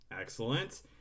Excellent